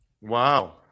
Wow